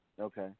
Okay